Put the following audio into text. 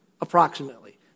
approximately